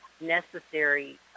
necessary